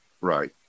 right